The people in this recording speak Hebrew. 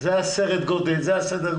זה סדר הגודל.